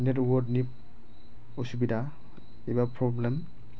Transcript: नेटवार्कनि उसुबिदा एबा फ्रब्लेम